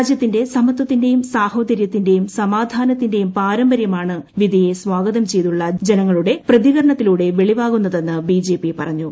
രാജ്യൂത്തിന്റെ സമത്വത്തിന്റെയും സാഹോദരൃത്തി ന്റെയും സമാധാനത്തിന്റെയും പാരമ്പര്യമാണ് വിധിയെ സ്വാഗതം ചെയ്തുള്ള ജനങ്ങളുടെ പ്രതികരണത്തിലൂടെ വെളിവാകുന്നതെന്ന് ബിജെപി പറഞ്ഞു